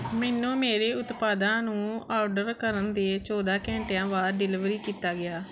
ਮੈਨੂੰ ਮੇਰੇ ਉਤਪਾਦਾਂ ਨੂੰ ਆਰਡਰ ਕਰਨ ਦੇ ਚੌਦਾਂ ਘੰਟਿਆਂ ਬਾਅਦ ਡਿਲੀਵਰੀ ਕੀਤਾ ਗਿਆ